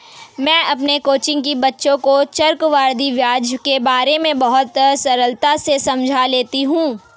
मैं अपनी कोचिंग के बच्चों को चक्रवृद्धि ब्याज के बारे में बहुत सरलता से समझा लेती हूं